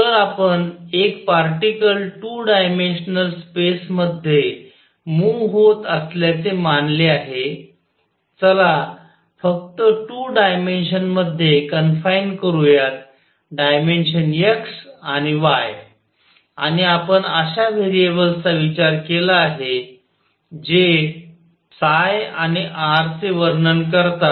तर आपण एक पार्टीकल 2 डायमेन्शनल स्पेस मध्ये मूव्ह होत असल्याचे मानले आहे चला फक्त 2 डायमेन्शन मध्ये कनफाइन करूयात डायमेन्शन x आणि y आणि आपण अश्या व्हेरिएबल्सचा विचार केला जे आणि r चे वर्णन करतात